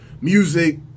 music